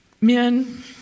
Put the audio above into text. men